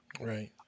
Right